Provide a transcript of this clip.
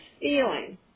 feeling